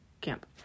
camp